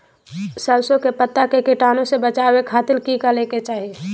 सरसों के पत्ता के कीटाणु से बचावे खातिर की करे के चाही?